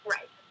Right